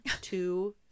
two